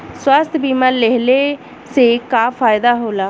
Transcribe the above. स्वास्थ्य बीमा लेहले से का फायदा होला?